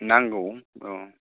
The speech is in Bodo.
नांगौ औ